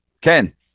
Ken